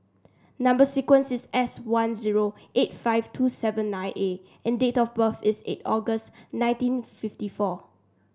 number sequence is S one zero eight five two seven nine A and date of birth is eight August nineteen fifty four